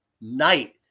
night